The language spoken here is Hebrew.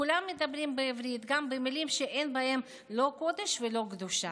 כולם מדברים בעברית גם במילים שאין בהן לא קודש ולא קדושה,